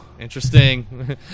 Interesting